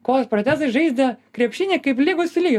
kojos protezais žaidė krepšinį kaip lygus su lygiu